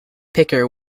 picker